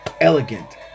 Elegant